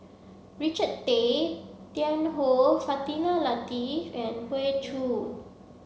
Richard Tay Tian Hoe Fatimah Lateef and Hoey Choo